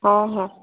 ହଁ ହଁ